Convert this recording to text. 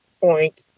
point